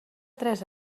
tres